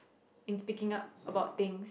in speaking up about things